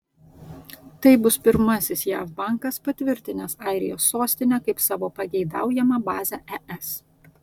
tai bus pirmasis jav bankas patvirtinęs airijos sostinę kaip savo pageidaujamą bazę es